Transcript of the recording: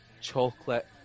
chocolate